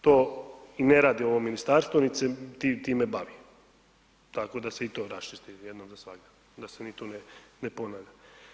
To ne radi ovo ministarstvo nit se time bavi, tako da se i to raščisti jednom zasvagda, da se ni tu ne ponavljam.